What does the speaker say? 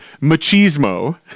Machismo